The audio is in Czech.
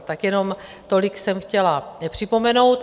Tak jenom tolik jsem chtěla připomenout.